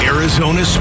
Arizona